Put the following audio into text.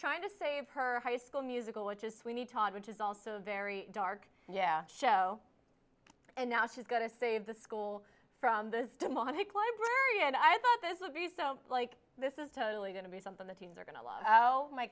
trying to save her high school musical which is sweeney todd which is also a very dark yeah show and now she's going to save the school from this demonic library and i thought this would be so like this is totally going to be something that teens are going to l